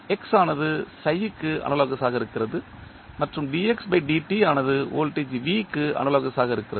x ஆனது க்கு analogous ஆக இருக்கிறது மற்றும் dxdt ஆனது வோல்டேஜ் V க்கு அனாலோகஸ் ஆக இருக்கிறது